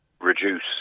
reduce